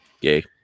Yay